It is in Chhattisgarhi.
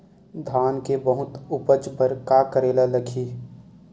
धान के बहुत उपज बर का करेला लगही?